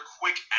quick